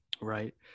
right